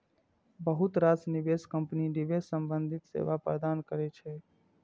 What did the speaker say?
बहुत रास निवेश कंपनी निवेश संबंधी सेवा प्रदान करै छै